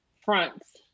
fronts